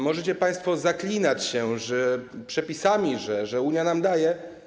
Możecie państwo zaklinać się przepisami, że Unia nam daje.